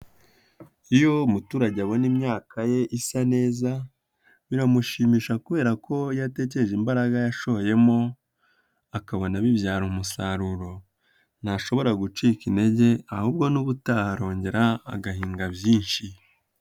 Iyo umuturage abona imyaka ye isa neza, biramushimisha, kubera ko iyo atekereje imbaraga yashoyemo akabona bibyara umusaruro ntashobora gucika intege ahubwo n'ubutaha arongera agahinga byinshi.